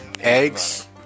eggs